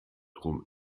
drum